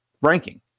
ranking